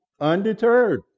undeterred